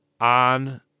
on